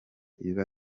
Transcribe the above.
iba